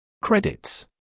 Credits